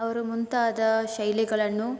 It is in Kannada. ಅವರು ಮುಂತಾದ ಶೈಲಿಗಳನ್ನು